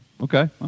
Okay